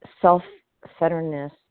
self-centeredness